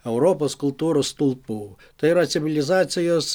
europos kultūros stulpų tai yra civilizacijos